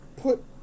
Put